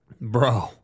Bro